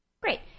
Great